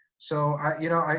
so you know,